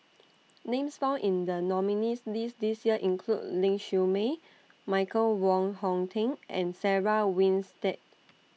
Names found in The nominees'list This Year include Ling Siew May Michael Wong Hong Teng and Sarah Winstedt